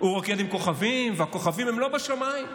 הוא רוקד עם כוכבים, והכוכבים הם לא בשמיים.